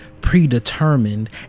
predetermined